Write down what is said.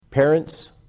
Parents